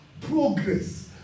progress